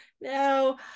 No